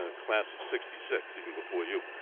ah class of sixty six, even before you.